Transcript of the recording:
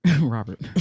Robert